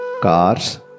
cars